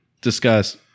discuss